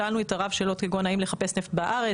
שאלנו את הרב שאלות כגון, האם לחפש נפט בארץ?